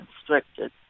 constricted